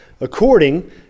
according